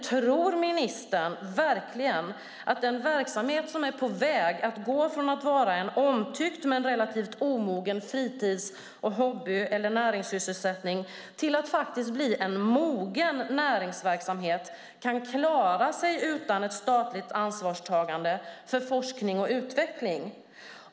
Tror ministern verkligen att en verksamhet som är på väg att, från att vara en omtyckt men relativt omogen fritids-, hobby och näringssysselsättning, bli en mogen näringsverksamhet kan klara sig utan ett statligt ansvarstagande för forskning och utveckling?